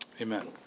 Amen